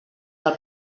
del